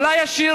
// אולי השיר,